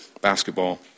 basketball